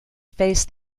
faced